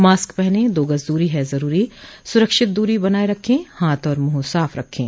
mask पहनें दो गज़ दूरी है ज़रूरी सुरक्षित दूरी बनाए रखें हाथ और मुंह साफ रखें